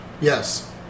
Yes